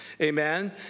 Amen